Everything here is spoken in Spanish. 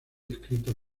escritos